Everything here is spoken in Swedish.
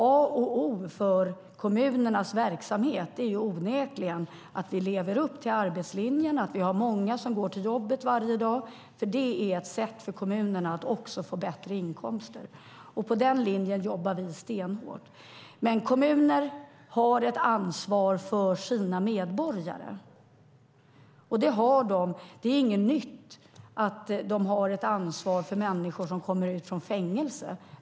A och O för kommunernas verksamhet är onekligen att de lever upp till arbetslinjen och har många som går till jobbet varje dag. Det är ett sätt för kommunerna att få bättre inkomster. På den linjen jobbar vi stenhårt. Kommunerna har ett ansvar för sina medborgare. Det är inget nytt att de har ett ansvar för människor som kommer ut från fängelse.